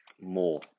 more